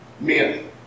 men